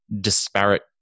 disparate